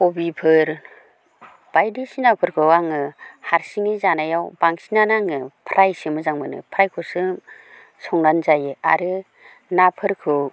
कबिफोर बायदिसिनाफोरखौ आङो हारसिंयै जानायाव बांसिनानो आङो फ्रायसो मोजां मोनो फ्रायखौसो संनानै जायो आरो नाफोरखौ